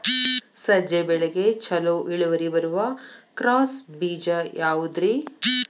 ಸಜ್ಜೆ ಬೆಳೆಗೆ ಛಲೋ ಇಳುವರಿ ಬರುವ ಕ್ರಾಸ್ ಬೇಜ ಯಾವುದ್ರಿ?